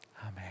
Amen